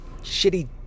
shitty